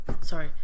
Sorry